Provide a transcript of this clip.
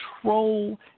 control